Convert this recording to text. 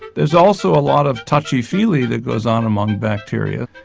there's also a lot of touchy feely that goes on among bacteria,